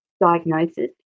diagnosis